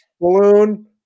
Balloon